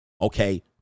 Okay